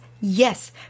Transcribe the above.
yes